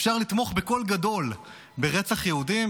אפשר לתמוך בקול גדול ברצח יהודים,